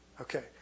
Okay